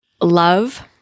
Love